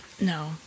No